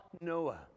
Noah